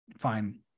Fine